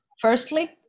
firstly